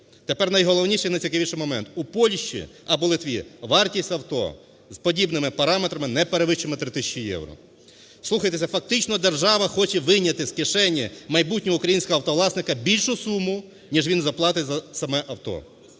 Тепер найголовніший, найцікавіший момент. У Польщі або Литві вартість авто з подібними параметрами не перевищуватиме 3 тисячі євро. Слухайте, це фактично держава хоче вийняти з кишені майбутнього українського автовласника більшу суму, ніж він заплатить за саме авто.